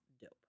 dope